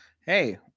Hey